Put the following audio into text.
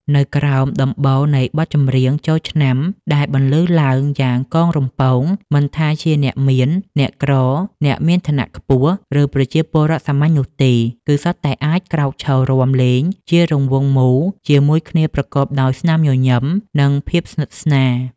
នៅក្រោមដំបូលនៃបទចម្រៀងចូលឆ្នាំដែលបន្លឺឡើងយ៉ាងកងរំពង មិនថាជាអ្នកមាន អ្នកក្រ អ្នកមានឋានៈខ្ពស់ ឬប្រជាពលរដ្ឋសាមញ្ញនោះទេ គឺសុទ្ធតែអាចក្រោកឈររាំលេងជារង្វង់មូលជាមួយគ្នាប្រកបដោយស្នាមញញឹម និងភាពស្និទ្ធស្នាល។